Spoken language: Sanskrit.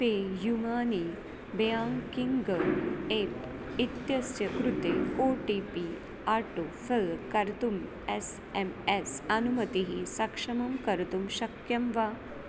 पे यूमनी ब्याङ्किङ्ग् एप् इत्यस्य कृते O T P auto fill कर्तुम् एस् एम् एस् अनुमतिः सक्षमं कर्तुं शक्यं वा